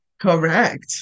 Correct